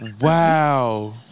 Wow